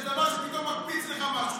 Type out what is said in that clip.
יש דבר שפתאום מקפיץ לך משהו,